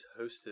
hosted